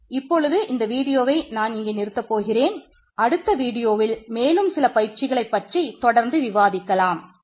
நான் இப்பொழுது இந்த வீடியோவை மேலும் சில பயிற்சிகளைப் பற்றி தொடர்ந்து விவாதிக்கலாம்